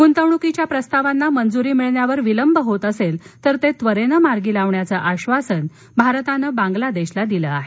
गुंतवणुकींच्या प्रस्तावांना मंजुरी मिळण्यावर विलंब होत असेल तर ते त्वरेनं मार्गी लावण्याचं आधासन भारतानं बांग्लादेशला दिलं आहे